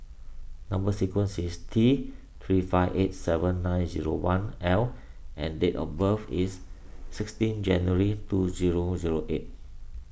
Number Sequence is T three five eight seven nine zero one L and date of birth is sixteen January two zero zero eight